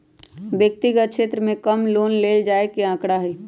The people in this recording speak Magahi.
व्यक्तिगत क्षेत्र में कम लोन ले जाये के आंकडा हई